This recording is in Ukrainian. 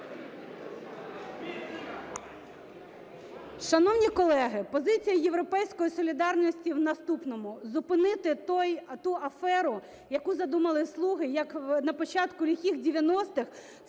Шановні колеги, позиція "Європейської солідарності" в наступному: зупинити ту аферу, яку задумали "слуги", як на початку лихих 90-х